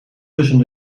tussen